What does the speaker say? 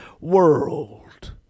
world